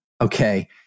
okay